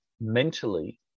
mentally